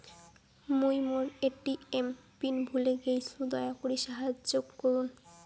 মুই মোর ATM pin ভুলে গেইসু, দয়া করি সাহাইয্য করুন